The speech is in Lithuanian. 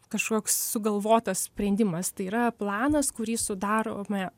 kažkoks sugalvotas sprendimas tai yra planas kurį sudarome